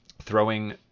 throwing